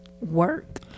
work